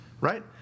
right